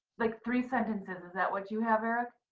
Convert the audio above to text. like three sentences. is that what you have, eric?